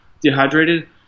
dehydrated